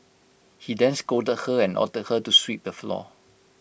he then scolded her and ordered her to sweep the floor